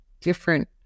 different